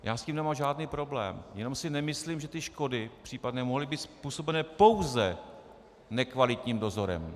Já s tím nemám žádný problém, jenom si nemyslím, že ty škody, případné, mohly být způsobené pouze nekvalitním dozorem.